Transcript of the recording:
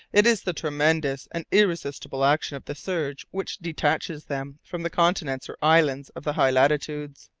it is the tremendous and irresistible action of the surge which detaches them from the continents or islands of the high latitudes.